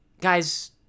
guys